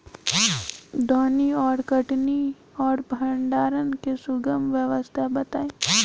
दौनी और कटनी और भंडारण के सुगम व्यवस्था बताई?